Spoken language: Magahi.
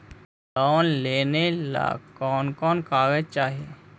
लोन लेने ला कोन कोन कागजात चाही?